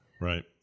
Right